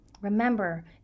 remember